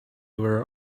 were